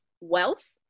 wealth